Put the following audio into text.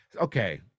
okay